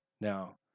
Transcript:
Now